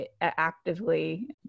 actively